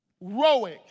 rowing